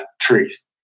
truth